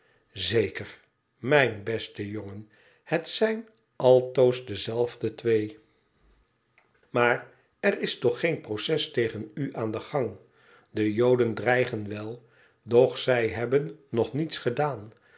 zeker mijn beste jongen het zijn altoos dezelfde twee imaar er is toch geen proces tegen u aan den gang de joden dreigen wel doch zij hebben nog niets gedaan